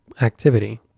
activity